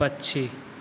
पक्षी